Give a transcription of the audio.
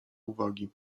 uwagi